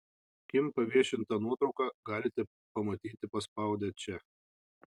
kim paviešintą nuotrauką galite pamatyti paspaudę čia